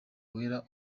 wera